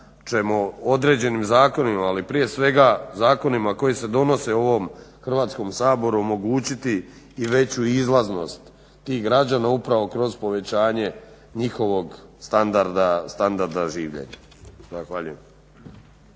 ćemo određenim zakonima, ali prije svega zakonima koji se donose u ovom Hrvatskom saboru omogućiti i veću izlaznost tih građana upravo kroz povećanje njihovog standarda življenja. Zahvaljujem.